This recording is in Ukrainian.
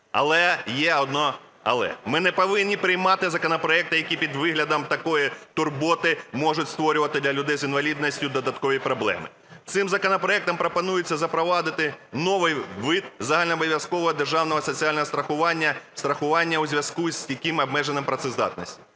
Але є одне "але". Ми не повинні приймати законопроекти, які під виглядом такої турботи можуть створювати для людей з інвалідністю додаткові проблеми. Цим законопроектом пропонується запровадити новий вид загальнообов'язкового державного соціального страхування – страхування у зв'язку із стійким обмеженням працездатності.